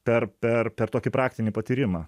per per per tokį praktinį patyrimą